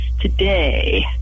today